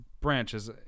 branches